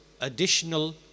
additional